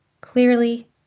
Clearly